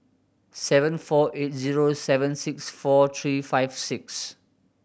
seven four eight zero seven six four three five six